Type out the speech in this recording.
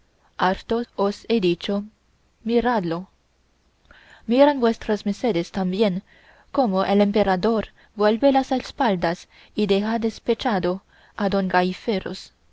he dicho miradlo miren vuestras mercedes también cómo el emperador vuelve las espaldas y deja despechado a don gaiferos